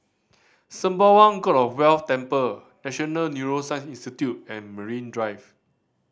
Sembawang God of Wealth Temple National Neuroscience Institute and Marine Drive